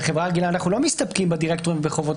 בחברה רגילה אנחנו לא מסתפקים בדירקטורים ובחובות